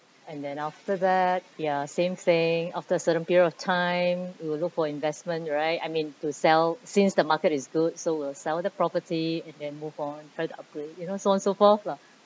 and then after that ya same thing after a certain period of time you will look for investment right I mean to sell since the market is good so we will sell the property and move on try to upgrade you know so on so forth lah